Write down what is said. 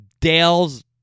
Dale's